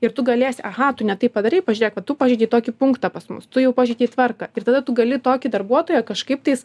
ir tu galėsi aha tu ne taip padarei pažiūrėk va tu pažeidei tokį punktą pas mus tu jau pažeidei tvarką ir tada tu gali tokį darbuotoją kažkaip tais